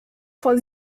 vor